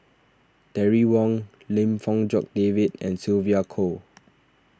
Terry Wong Lim Fong Jock David and Sylvia Kho